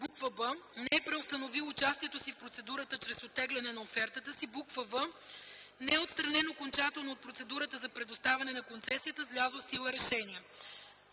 б) не е преустановил участието си в процедурата чрез оттегляне на офертата си; в) не е отстранен окончателно от процедурата за предоставяне на концесията с влязло в сила решение.”;